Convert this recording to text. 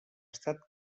estat